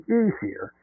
easier